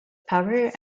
power